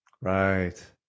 right